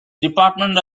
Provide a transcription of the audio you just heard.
department